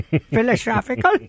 Philosophical